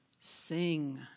sing